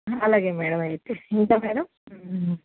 అలాగే మేడం అయితే ఇంకా మేడం